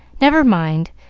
never mind,